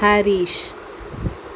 Harish